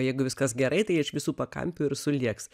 jeigu viskas gerai tai iš visų pakampių ir sulėks